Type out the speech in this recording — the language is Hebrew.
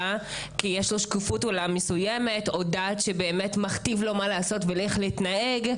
כי יש לו השקפת עולם מסוימת או דת שמכתיבה לו מה לעשות ואיך להתנהג,